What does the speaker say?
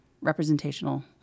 representational